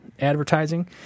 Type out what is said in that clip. advertising